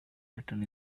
written